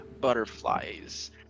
butterflies